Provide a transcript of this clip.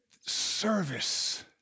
service